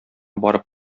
барып